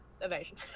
evasion